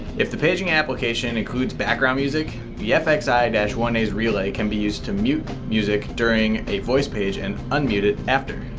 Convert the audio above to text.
if the paging application includes background music the fxi one a's relay can be used to mute music during a voice page and unmute it after.